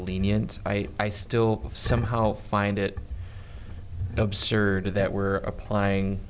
lenient i i still somehow find it absurd that we're applying